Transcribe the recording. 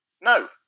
no